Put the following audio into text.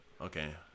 Okay